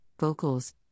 vocals